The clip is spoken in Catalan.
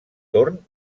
torn